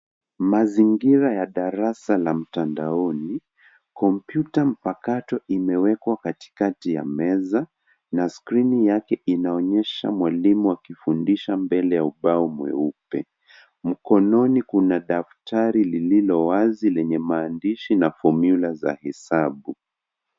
Mazingira ya darasa la mtandaoni . Kompyuta mpakato imewekwa katikati ya meza na skrini yake inaonyesha mwalimu akifundisha mbele ya ubao mweupe. Mkononi kuna daftari lililo wazi lenye fomyula za hesabu.